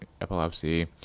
epilepsy